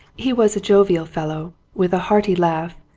he was a jovial fellow, with a hearty laugh,